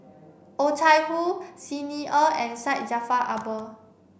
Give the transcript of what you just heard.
Oh Chai Hoo Xi Ni Er and Syed Jaafar Albar